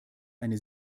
eine